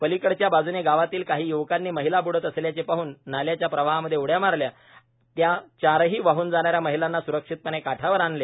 पलीकडच्या बाजूने गावातील काही य्वकांनी महिला ब्डत असल्याचे पाहन नाल्याच्या प्रवाहामध्ये उड्या मारल्या व त्या चारही वाहन जाणाऱ्या महिलांना स्रक्षितपणे काठावर आणले